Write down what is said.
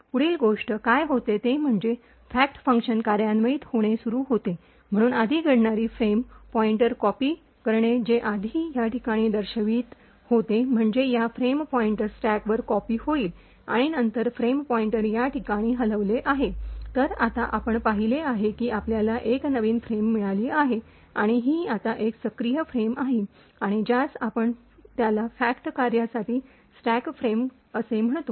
पुढील गोष्ट काय होते ते म्हणजे फॅक्ट फंक्शन कार्यान्वित होणे सुरू होते म्हणून आधी घडणारी फ्रेम पॉईंटर कॉपी करणे जे आधी या ठिकाणी दर्शवित होते म्हणजे या फ्रेम पॉईंटर स्टॅकवर कॉपी होईल आणि नंतर फ्रेम पॉईंटर या ठिकाणी हलवले आहे तर आता आपण पाहिले आहे की आपल्याला एक नवीन फ्रेम मिळाली आहे आणि ही आता एक सक्रिय फ्रेम आहे आणि ज्यास आपण त्याला फॅक्ट कार्यासाठी स्टॅक फ्रेम असे म्हणतो